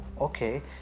okay